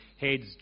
heads